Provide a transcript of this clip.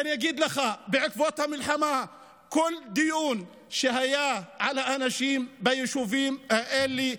בעקבות המלחמה בכל דיון שהיה על האנשים ביישובים האלה,